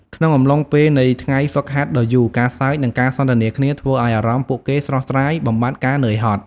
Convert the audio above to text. ក្នុងអំឡុងពេលនៃថ្ងៃហ្វឹកហាត់ដ៏យូរ ការសើច និងការសន្ទនាគ្នាធ្វើឱ្យអារម្មណ៍ពួកគេស្រស់ស្រាយ បំបាត់ការនឿយហត់។